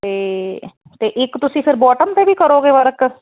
ਤਾਂ ਅਤੇ ਇੱਕ ਤੁਸੀਂ ਫਿਰ ਬੋਟਮ 'ਤੇ ਵੀ ਕਰੋਗੇ ਵਰਕ